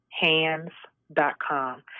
hands.com